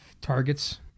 targets